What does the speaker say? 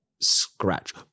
scratch